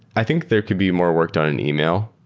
i think there could be more work done in email.